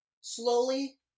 slowly